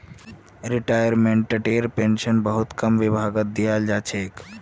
रिटायर्मेन्टटेर pension बहुत कम विभागत दियाल जा छेक